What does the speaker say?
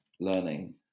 learning